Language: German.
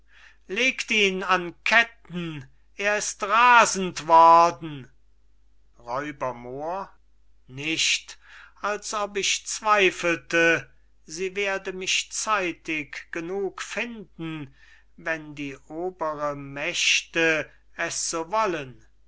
legt ihn an ketten er ist rasend worden r moor nicht als ob ich zweifelte sie werde mich zeitig genug finden wenn die oberen mächte es so wollen